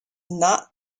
not